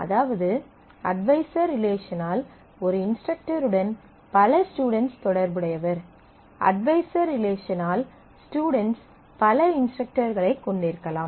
அதாவது அட்வைசர் ரிலேஷனால் ஒரு இன்ஸ்ட்ரக்டருடன் பல ஸ்டுடென்ட்ஸ் தொடர்புடையவர் அட்வைசர் ரிலேஷனால் ஸ்டுடென்ட்ஸ் பல இன்ஸ்ட்ரக்டர்களைக் கொண்டிருக்கலாம்